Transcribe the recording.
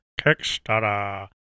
Kickstarter